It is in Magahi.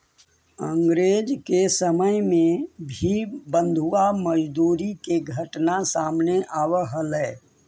अंग्रेज के समय में भी बंधुआ मजदूरी के घटना सामने आवऽ हलइ